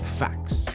facts